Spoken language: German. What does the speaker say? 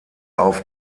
auf